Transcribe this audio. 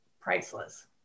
priceless